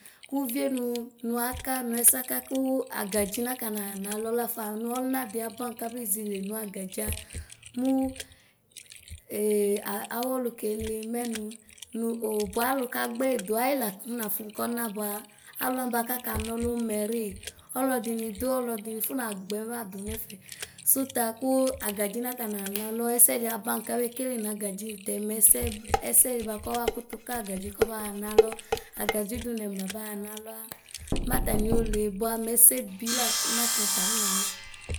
Kuvie nuu nuaka, nɛsɛaka kuu Agadzi nakaɣa nalɔ lafa. Noludialɛba kanezɛle nagadzia, muu ɛɛɔawuɛlukemli: mɛnu nu oo bualu kagbɛdu, ayilafɔnɔfu nkuɛ bua alua bɛkakanslu n mɛri, sɔdinɛ du sɔdi fɔnagblɛmadʋ nɛfɛ suta kun Agadzɛ nakayɛ naɖɛ ɛsɛdiaba nkaɖɛkɛlɛ nagadzɛ mɛtɛ mɛsɛ ɛsɛdi bakisɛ bɛtɛ kagadzɛ kɔbɛyɔa nɔls, Agadzɛ du nɛmla kaya nalɛ mataniole; bua mɛsɛhila mɛtatatɔfɔnana.